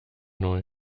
neu